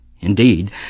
Indeed